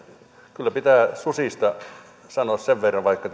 kyllä pitää susista sanoa sen verran vaikka